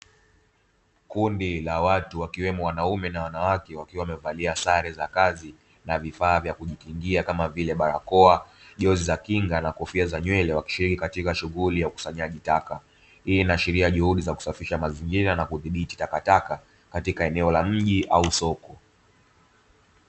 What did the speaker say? Kundi la watu wakiwemo wanaume na wanawake, wakiwa wamevalia sare za kazi na vifaa vya kujikingia kama vile: barakoa, jozi za kinga na kofia za nywele; wakishiriki katika shughuli ya ukusanyaji taka. Hii inaashiria juhudi za kusafisha mazingira na kudhibiti takataka katika eneo la mji au soko.